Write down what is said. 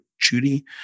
Judy